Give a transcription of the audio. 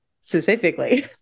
specifically